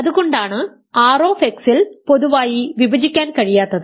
അതുകൊണ്ടാണ് R ൽ പൊതുവായി വിഭജിക്കാൻ കഴിയാത്തത്